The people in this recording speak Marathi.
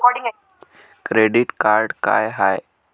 क्रेडिट कार्ड का हाय?